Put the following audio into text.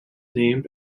named